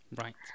Right